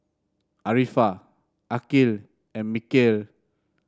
Arifa Aqil and Mikhail